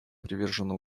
привержены